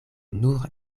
nur